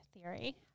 theory